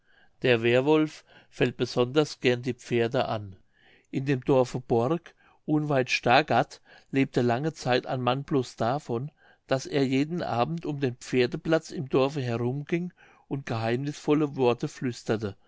der währwolf fällt besonders gern die pferde an in dem dorfe bork unweit stargard lebte lange zeit ein mann blos davon daß er jeden abend um den pferdeplatz im dorfe herumging und geheimnißvolle worte flüsterte